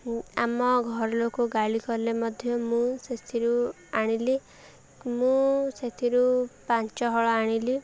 ଆମ ଘରଲୋକ ଗାଳି କଲେ ମଧ୍ୟ ମୁଁ ସେଥିରୁ ଆଣିଲି ମୁଁ ସେଥିରୁ ପାଞ୍ଚ ହଳ ଆଣିଲି